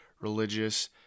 Religious